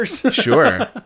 Sure